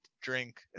drink